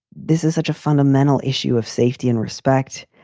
this is such a fundamental issue of safety and respect.